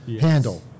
handle